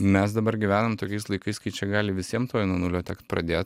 mes dabar gyvenam tokiais laikais kai čia gali visiem tuoj nuo nulio tekt pradėt